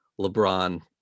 LeBron